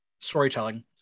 storytelling